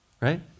right